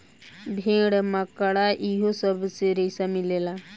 भेड़, मकड़ा इहो सब से रेसा मिलेला